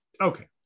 Okay